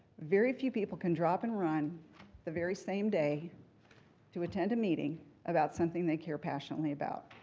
very few people can drop and run the very same day to attend a meeting about something they care passionately about,